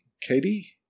Katie